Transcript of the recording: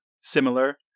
similar